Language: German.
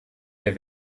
der